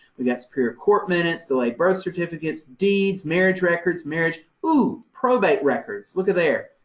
we got superior court minutes, delayed birth certificates, deeds, marriage records, marriage. ooh! probate records, look at there.